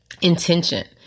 intention